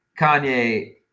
Kanye